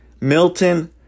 Milton